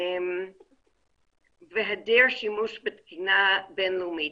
והיעדר שימוש בתקינה בינלאומית.